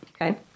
Okay